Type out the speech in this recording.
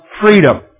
freedom